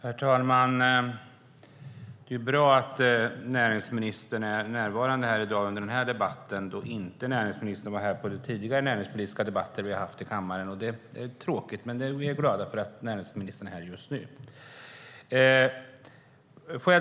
Herr talman! Det är bra att näringsministern är närvarande vid debatten i dag eftersom hon inte har varit här vid tidigare näringspolitiska debatter som vi har haft i kammaren. Det är tråkigt, men vi är glada för att näringsministern är här just nu.